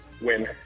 Win